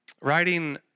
Writing